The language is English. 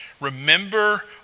remember